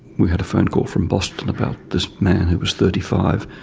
we had a phone call from boston about this man who was thirty five,